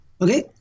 Okay